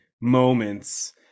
moments